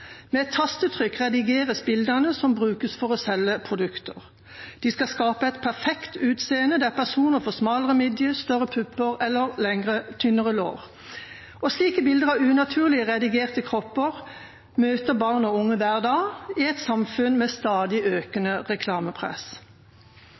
Med et tastetrykk redigeres bildene som brukes for å selge produkter. De skal skape et perfekt utseende, der personer får smalere midje, større pupper eller tynnere lår. Slike bilder av unaturlige, redigerte kropper møter barn og unge hver dag i et samfunn med stadig